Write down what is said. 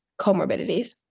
comorbidities